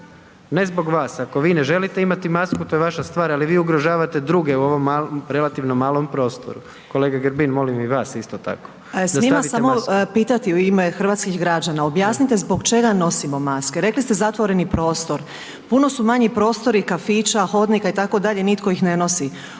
Ne zbog vas, ako vi ne želite imati masku, to je vaša stvar ali vi ugrožavate druge u ovom relativno malom prostoru. Kolega Grbin, molim i vas isto tako. **Vidović Krišto, Karolina (DP)** Smijem vas samo pitati u ime hrvatskih građana, objasnite zbog čega nosimo maske? Rekli ste zatvoreni prostor. Puno su manji prostori kafića, hodnika itd., nitko ih ne nosi.